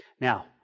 Now